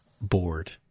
bored